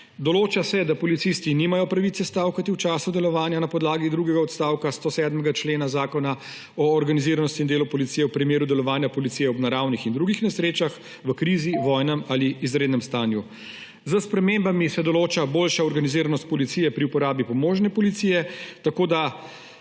Določa se, da policisti nimajo pravice stavkati v času delovanja na podlagi drugega odstavka 107. člena Zakon o organiziranosti in delu policije v primeru delovanja policije ob naravnih in drugih nesrečah, v krizi, v vojnem ali izrednem stanju. S spremembami se določa boljša organiziranost policije pri uporabi pomožne policije, tako da